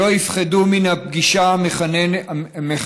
שלא יפחדו מן הפגישה המחנכת,